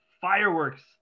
fireworks